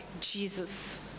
Jesus